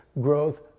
growth